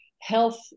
health